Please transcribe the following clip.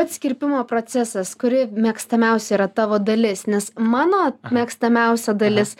pats kirpimo procesas kuri mėgstamiausia yra tavo dalis nes mano mėgstamiausia dalis